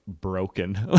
broken